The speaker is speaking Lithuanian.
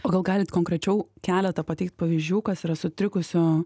o gal galit konkrečiau keletą pateikt pavyzdžių kas yra sutrikusio